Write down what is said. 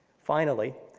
finally,